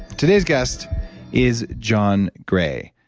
today's guest is john gray.